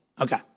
Okay